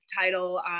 title